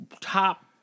top